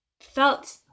felt